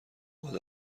باد